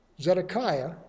Zedekiah